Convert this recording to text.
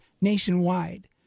nationwide